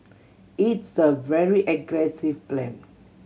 it's a very aggressive plan